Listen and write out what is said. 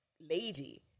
lady